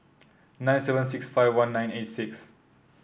nine seven six five one nine eight six